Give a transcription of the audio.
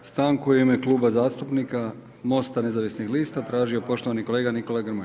Stanku je u ime Kluba zastupnika MOST-a nezavisnih lista tražio poštovani kolega Nikola Grmoja.